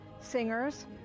singers